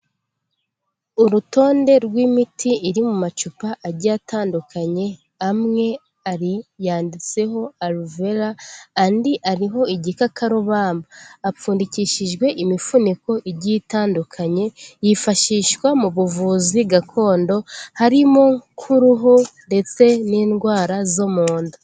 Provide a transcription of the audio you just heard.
Urutonde rw'imiti iri mu macupa agiye atandukanye amwe ari yanditseho aluvera andi ariho igikakarubamba apfundikishijwe imipfuniko igiye itandukanye yifashishwa mu buvuzi gakondo harimo nk'uruhu ndetse n'indwara zo mu nda.